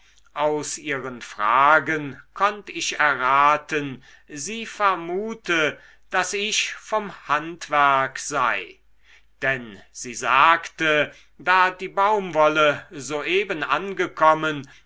aus ihren fragen konnt ich erraten sie vermute daß ich vom handwerk sei denn sie sagte da die baumwolle soeben angekommen